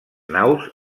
naus